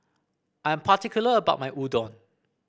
I'm particular about my Udon